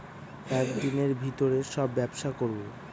এক দিনের ভিতরে সব ব্যবসা করবো